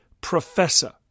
Professor